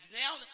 now